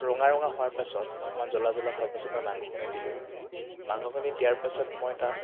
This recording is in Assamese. ৰঙা ৰঙা হোৱাৰ পাছত অকণমান জ্বলা জ্বলা হোৱাৰ পাছত মই মাংসখিনি দিলোঁ মাংখিনি দিয়াৰ পাছত মই তাত